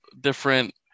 different